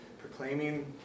Proclaiming